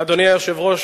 אדוני היושב-ראש,